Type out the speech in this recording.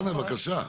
דנה, בבקשה.